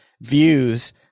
views